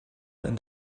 and